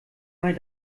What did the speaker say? mal